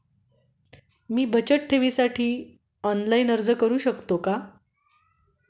मी बचत ठेवीसाठी ऑनलाइन अर्ज करू शकतो का?